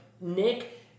Nick